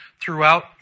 throughout